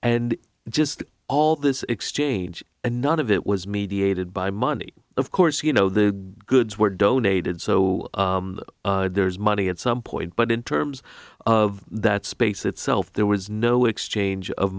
and just all this exchange and none of it was mediated by money of course you know the goods were donated so there's money at some point but in terms of that space itself there was no exchange of